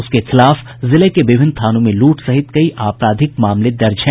उसके खिलाफ जिले के विभिन्न थानों में लूट सहित कई आपराधिक मामले दर्ज हैं